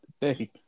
today